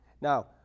Now